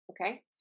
okay